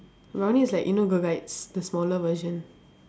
brownie is like you know girl guides the smaller version